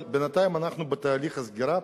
אבל בינתיים אנחנו בתהליך הסגירה.